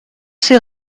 ces